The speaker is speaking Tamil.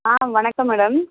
ஆ வணக்கம் மேடம்